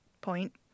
Point